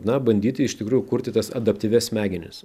na bandyti iš tikrųjų kurti tas adaptyvias smegenis